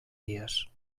dies